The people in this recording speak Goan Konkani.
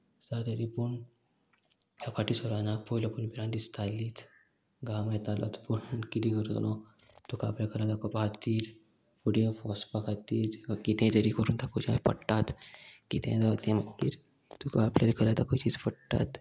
आसा तरी पूण फाटी सोरोना पयलो पयली बिरां दिसतालीच घाम येतालोच पूण किदें करता न्हू तुका आपल्या कला दाखोवपा खातीर फुडें वचपा खातीर कितें तरी करून दाखोवचे पडटात कितेंय जावं तें मागीर तुका आपल्या कला दाखोवचीच पडटात